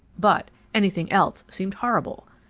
but anything else seemed horrible!